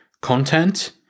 content